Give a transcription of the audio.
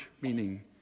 meaning